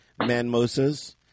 Manmosas